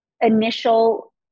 initial